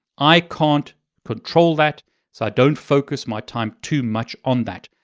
i can't control that, so i don't focus my time too much on that.